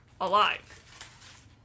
alive